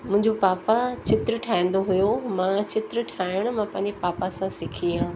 मुंहिंजो पापा चित्र ठाहींदो हुओ मां चित्र ठाहिणु मां पंहिंजे पापा सां सिखी आहियां